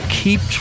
keep